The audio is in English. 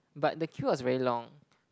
but the queue was very long